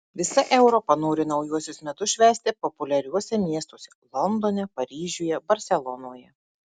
visa europa nori naujuosius metus švęsti populiariuose miestuose londone paryžiuje barselonoje